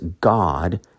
God